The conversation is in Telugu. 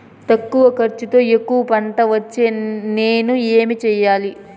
తక్కువ ఖర్చుతో ఎక్కువగా పంట వచ్చేకి నేను ఏమి చేయాలి?